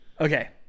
Okay